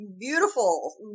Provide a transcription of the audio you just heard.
beautiful